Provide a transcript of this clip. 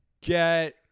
get